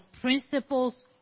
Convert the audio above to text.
principles